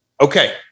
Okay